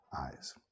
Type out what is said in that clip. eyes